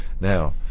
now